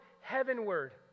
heavenward